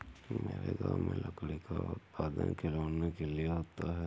मेरे गांव में लकड़ी का उत्पादन खिलौनों के लिए होता है